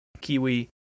Kiwi